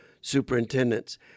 superintendents